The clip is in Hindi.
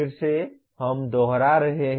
फिर से हम दोहरा रहे हैं